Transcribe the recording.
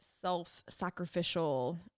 self-sacrificial